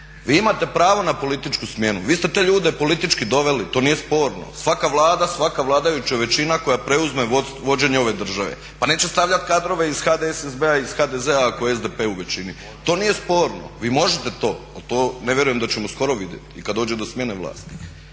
Vi imate pravo na političku smjenu, vi ste te ljude politički doveli, to nije sporno. Svaka Vlada, svaka vladajuća većina koja preuzme vođenje ove države pa neće stavljati kadrove iz HDSSB-a i iz HDZ-a ako je SDP u većini. To nije sporno, vi možete to. Ali to ne vjerujem da ćemo skoro vidjeti i kad dođe do smjene vlasti.